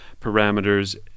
parameters